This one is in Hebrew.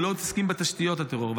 ולא מתעסקים בתשתיות הטרור.